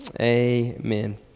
Amen